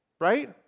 Right